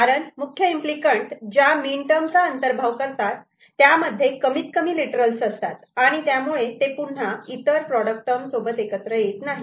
कारण मुख्य implicant ज्या मीन टर्म चा अंतर्भाव करतात त्यामध्ये कमीत कमी लिटरल्स असतात आणि त्यामुळे ते पुन्हा इतर प्रोडक्ट टर्म सोबत एकत्र येत नाहीत